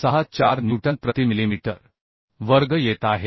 364 newton प्रति millimetre वर्ग येत आहे